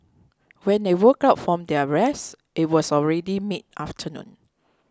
when they woke up from their rest it was already mid afternoon